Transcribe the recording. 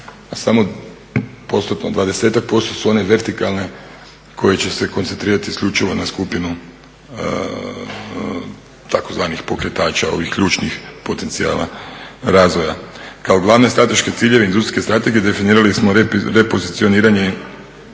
a smo 20% su one vertikalne koje će se koncentrirati isključivo na skupini tzv. pokretača ovih ključnih potencijala razvoja. Kao glavne strateške ciljeve Industrijske strategije definirali smo repozicioniranje